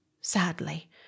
Sadly